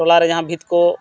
ᱴᱚᱞᱟ ᱨᱮ ᱡᱟᱦᱟᱸ ᱵᱷᱤᱛ ᱠᱚ